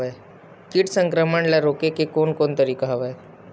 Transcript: कीट संक्रमण ल रोके के कोन कोन तरीका हवय?